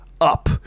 up